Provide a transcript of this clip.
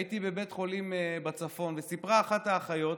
הייתי בבית חולים בצפון וסיפרה אחת האחיות